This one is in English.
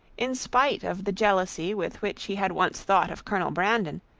in spite of the jealousy with which he had once thought of colonel brandon,